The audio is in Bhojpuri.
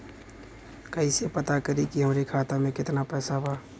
कइसे पता करि कि हमरे खाता मे कितना पैसा बा?